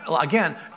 Again